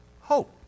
hope